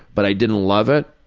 but i didn't love it.